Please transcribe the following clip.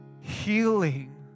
healing